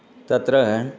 तत्र